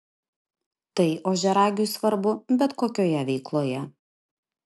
tai ožiaragiui svarbu bet kokioje veikloje